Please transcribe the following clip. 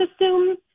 assume